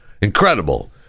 Incredible